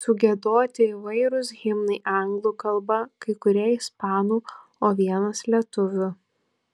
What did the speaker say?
sugiedoti įvairūs himnai anglų kalba kai kurie ispanų o vienas lietuvių